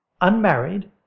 unmarried